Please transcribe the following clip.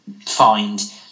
find